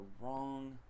wrong –